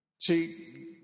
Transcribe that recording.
See